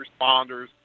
responders